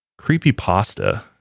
Creepypasta